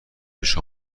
جوش